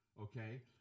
okay